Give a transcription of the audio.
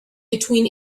between